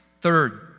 Third